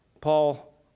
Paul